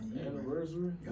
anniversary